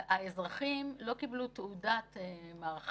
האזרחים לא קיבלו תעודת מערכה.